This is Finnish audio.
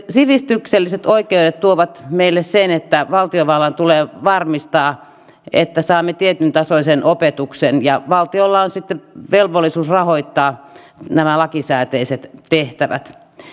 sivistykselliset oikeudet tuovat meille sen että valtiovallan tulee varmistaa että saamme tietyntasoisen opetuksen ja valtiolla on sitten velvollisuus rahoittaa nämä lakisääteiset tehtävät